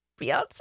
Beyonce